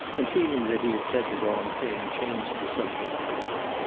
and feeling that he had said the wrong thing, changed the subject quickly.